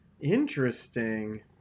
Interesting